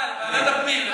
ועדת ביקורת.